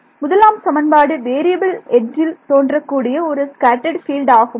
முதலாம் சமன்பாடு வேறியபில் எட்ஜ்ஜில் தோன்றக்கூடிய ஒரு ஸ்கேட்டர்ட் பீல்டு ஆகுமா